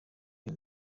iyo